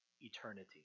eternity